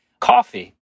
coffee